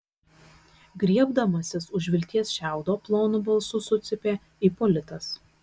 griebdamasis už vilties šiaudo plonu balsu sucypė ipolitas